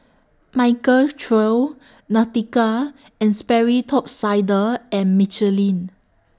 Michael Trio Nautica and Sperry Top Sider and Michelin